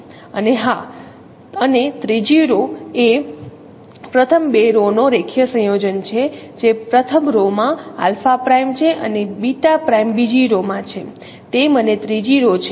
અને હા અને ત્રીજી રો એ પ્રથમ બે રો નો રેખીય સંયોજન છે જે પ્રથમ રો માં આલ્ફા પ્રાઇમ છે અને બીટા પ્રાઇમ બીજી રો માં છે તે મને ત્રીજી રો છે